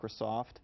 Microsoft